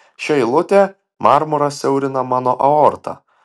ši eilutė marmuras siaurina mano aortą